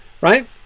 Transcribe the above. Right